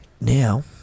Now